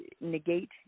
negate